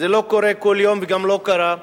זה לא קורה כל יום וגם לא קרה,